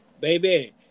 Baby